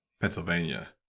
Pennsylvania